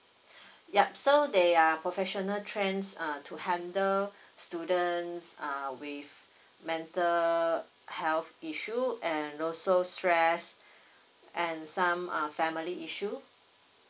yup so they are professional trains err to handle students err with mental health issue and also stress and some err family issue